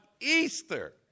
Easter